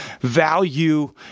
value